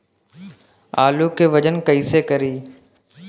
आलू के वजन कैसे करी?